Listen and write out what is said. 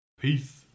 peace